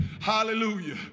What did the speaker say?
Hallelujah